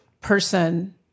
person